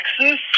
Texas